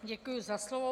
Děkuji za slovo.